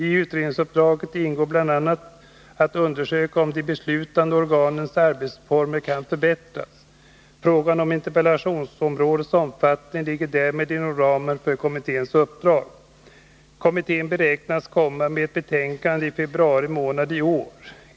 I utredningsuppdraget ingår bl.a. att undersöka om de beslutande organens arbetsformer kan förbättras. Frågan om interpellationsområdets omfattning ligger därmed inom ramen för kommitténs uppdrag. Kommittén beräknas komma med ett betänkande i februari månad i år.